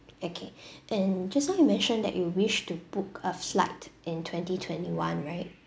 okay and just now you mentioned that you wish to book a flight in twenty twenty one right